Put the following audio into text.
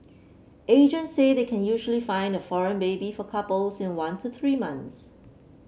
agent say they can usually find a foreign baby for couples in one to three months